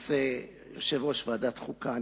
יושב-ראש ועדת החוקה,